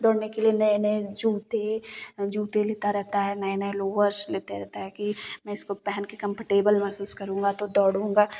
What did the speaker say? दौड़ने के लिए नए नए जूते जूते लेता रहता है नए नए लोअर्स लेता रहता है कि मैं इसको पहन के कंफर्टेबल महसूस करूँगा तो दौडूँगा